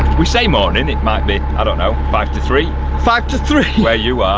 we say morning, it might be i don't know, five to three five to three? where you are,